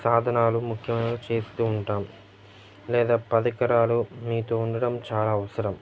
సాధనాలు ముఖ్యమైనవి చేస్తూ ఉంటాము లేదా పరికరాలు మీతో ఉండడం చాలా అవసరం